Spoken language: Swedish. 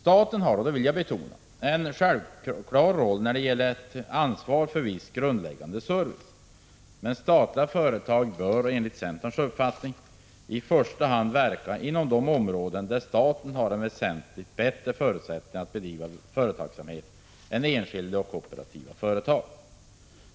Jag vill betona att staten har en självklar roll när det gäller ansvaret för viss grundläggande service. Men statliga företag bör, enligt centerns uppfattning, för det första verka inom sådana områden där staten har väsentligt bättre förutsättningar att bedriva företagsamhet än enskilda och kooperativa företag.